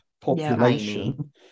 population